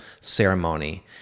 ceremony